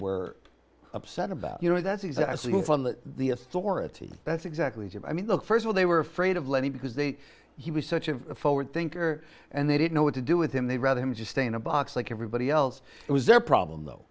from the authority that's exactly i mean the first one they were afraid of letting because they he was such a forward thinker and they didn't know what to do with him they'd rather him just stay in a box like everybody else it was their problem though